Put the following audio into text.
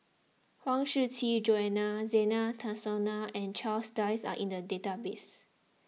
Huang Shiqi Joan Zena and Charles Dyce are in the database